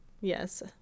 yes